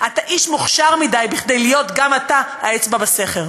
אתה איש מוכשר מדי מכדי להיות גם אתה האצבע בסכר.